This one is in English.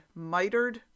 mitered